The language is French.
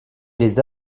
les